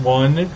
one